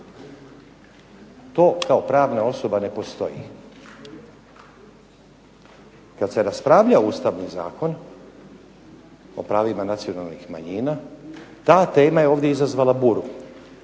To kao pravna osoba ne postoji. Kad se raspravljao Ustavni zakon o pravima nacionalnih manjina ta tema je ovdje izazvala buru.